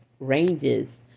ranges